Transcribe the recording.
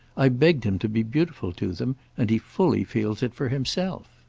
i begged him to be beautiful to them, and he fully feels it for himself.